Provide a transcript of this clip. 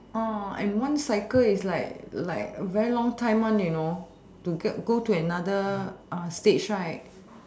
oh and one cycle is like like very long time one you know to get go to another uh stage right